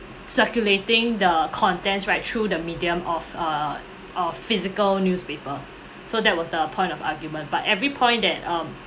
circulating the contents right through the medium of uh of physical newspaper so that was the point of argument but every point that um